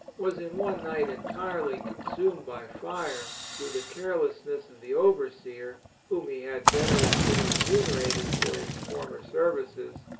was in one night entirely consumed by fire, through the carelessness of the overseer, whom he had generously remune rated for his former services,